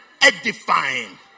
edifying